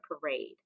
Parade